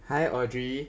hi audrey